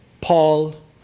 Paul